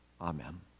Amen